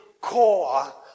core